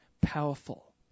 powerful